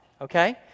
Okay